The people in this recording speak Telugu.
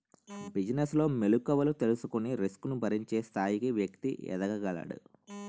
బిజినెస్ లో మెలుకువలు తెలుసుకొని రిస్క్ ను భరించే స్థాయికి వ్యక్తి ఎదగగలడు